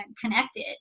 connected